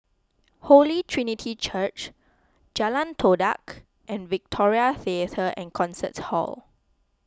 Holy Trinity Church Jalan Todak and Victoria theatre and Concert Hall